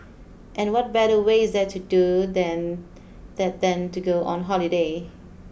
and what better way there to do than that than to go on holiday